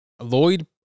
Lloyd